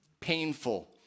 painful